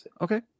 okay